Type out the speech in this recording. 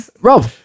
Rob